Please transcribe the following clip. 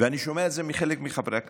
אני שומע את זה מחלק מחברי הכנסת.